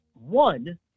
one